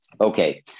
Okay